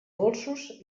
dolços